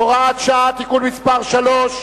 הוראת שעה, תיקון מס' 3,